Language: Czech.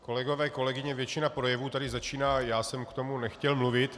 Kolegové, kolegyně, většina projevů tady začíná: já jsem k tomu nechtěl mluvit.